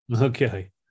okay